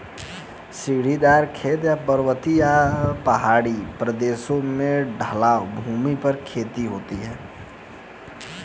सीढ़ीदार खेत, पर्वतीय या पहाड़ी प्रदेशों की ढलवां भूमि पर खेती होती है